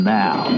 now